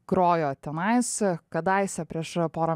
grojo tenais kadaise prieš porą